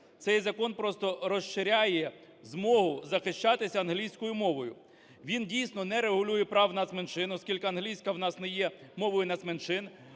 цей закон просто розширяє змогу захищатися англійською мовою. Він, дійсно, не регулює прав нацменшин, оскільки англійська у нас не є мовою нацменшин,